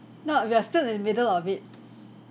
no we are still in middle of it